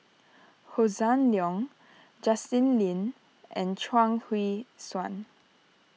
Hossan Leong Justin Lean and Chuang Hui Tsuan